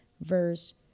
verse